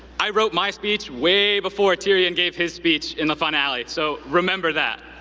i wrote my speech way before tyrion gave his speech in the finale, so remember that.